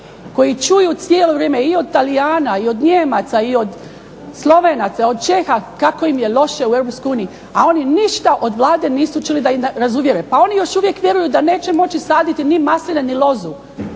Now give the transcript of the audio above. koji čuju cijelo vrijeme, i od Talijana i od Nijemaca i od Slovenaca, od Čeha, kako im je loše u Europskoj uniji a oni ništa od Vlade nisu čuli da iz razuvjere. Pa oni još uvijek vjeruju da neće moći saditi ni masline ni lozu